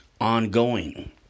ongoing